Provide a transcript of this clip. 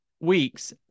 weeks